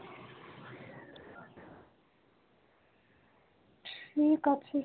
ঠিক আছে